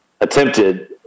attempted